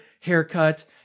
haircut